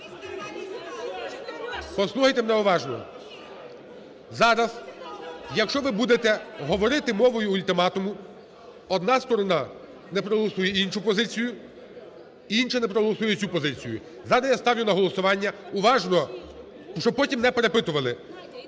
Послухайте мене уважно! Зараз, якщо ви будете мовою ультиматуму, одна сторона не проголосує іншу позицію, і інша не проголосує цю позицію. Зараз я ставлю на голосування, уважно, щоб потім не перепитували,